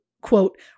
quote